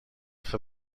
for